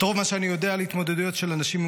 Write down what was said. את רוב מה שאני יודע על התמודדויות של אנשים עם